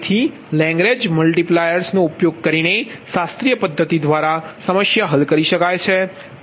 તેથી Lagrange multipliers નો ઉપયોગ કરીને શાસ્ત્રીય પદ્ધતિ દ્વારા સમસ્યા હલ કરી શકાય છે